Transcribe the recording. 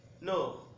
No